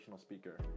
speaker